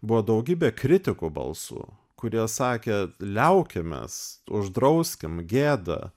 buvo daugybė kritikų balsų kurie sakė liaukimės uždrauskim gėda